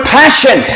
passion